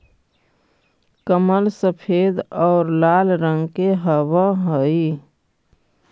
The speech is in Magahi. कमल सफेद और लाल रंग के हवअ हई